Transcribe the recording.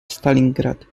stalingrad